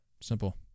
Simple